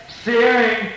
searing